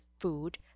food